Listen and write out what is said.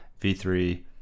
V3